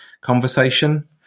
conversation